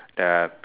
that I